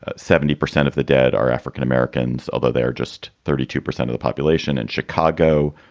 ah seventy percent of the dead are african-americans, although they are just thirty two percent of the population in chicago.